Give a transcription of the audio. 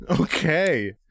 Okay